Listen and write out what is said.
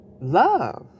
love